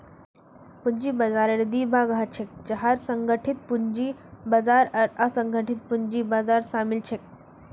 पूंजी बाजाररेर दी भाग ह छेक जहात संगठित पूंजी बाजार आर असंगठित पूंजी बाजार शामिल छेक